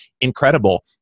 incredible